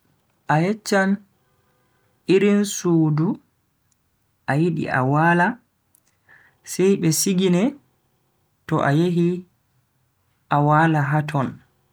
A yecchan irin sudu a yidi a wala sai be sigine to a yehi a wala haton.